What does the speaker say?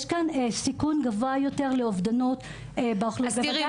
יש כאן סיכון גבוה יותר לאובדנות באוכלוסייה הזו.